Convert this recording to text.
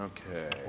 Okay